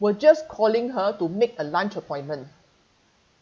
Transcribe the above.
were just calling her to make a lunch appointment